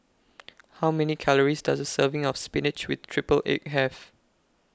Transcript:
How Many Calories Does A Serving of Spinach with Triple Egg Have